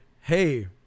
hey